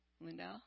Lindell